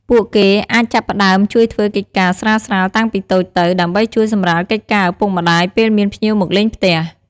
ពួកគេអាចចាប់ផ្ដើមជួយធ្វើកិច្ចការស្រាលៗតាំងពីតូចទៅ ដើម្បីជួយសម្រាលកិច្ចការឪពុកម្ដាយពេលមានភ្ញៀវមកលេងផ្ទះ។